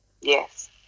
Yes